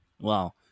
wow